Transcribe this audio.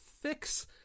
fix